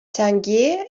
tangier